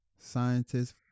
Scientists